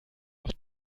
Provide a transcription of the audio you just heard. auch